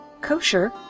Kosher